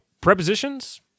prepositions